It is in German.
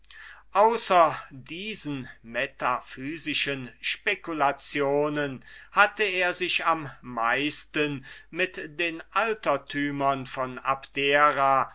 außer diesen metaphysischen speculationen hatte er sich am meisten mit den altertümern von abdera